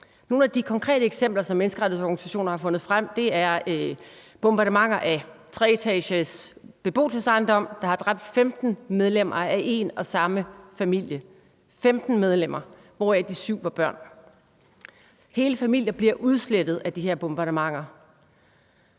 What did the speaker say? Et af de konkrete eksempler, som menneskerettighedsorganisationerne har fundet frem, er, at der er blevet foretaget bombardementer af en treetagers beboelsesejendom, der har dræbt 15 medlemmer af en og samme familie – 15 medlemmer, hvoraf de 7 var børn. Hele familier bliver udslettet af de her bombardementer.